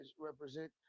represent